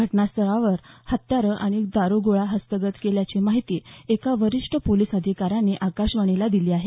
घटनास्थळावर हत्यारं आणि दारुगोळा हस्तगत केल्याची माहिती एका वरिष्ठ पोलीस अधिकाऱ्याने आकाशवाणीला दिली आहे